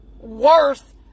worth